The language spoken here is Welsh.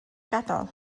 gadael